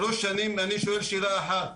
שלוש שנים אני שואל שאלה אחת,